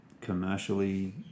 commercially